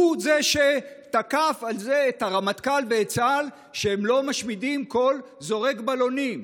הוא זה שתקף על זה את הרמטכ"ל ואת צה"ל שהם לא משמידים כל זורק בלונים.